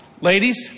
Ladies